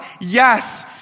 yes